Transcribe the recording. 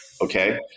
okay